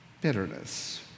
bitterness